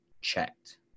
checked